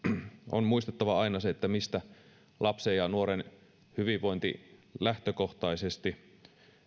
on muistettava aina se mistä lapsen ja nuoren hyvinvointi lähtökohtaisesti